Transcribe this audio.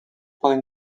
poden